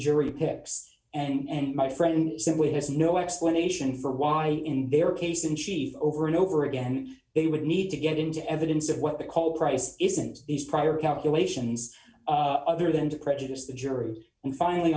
jury picks and my friend said we has no explanation for why in their case in chief over and over again they would need to get into evidence of what they call price isn't is prior calculations other than to prejudice the jury and finally